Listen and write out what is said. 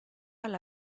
alla